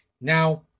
now